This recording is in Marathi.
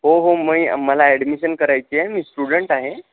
हो हो मी मला ॲडमिशन करायची आहे मी स्टुडंट आहे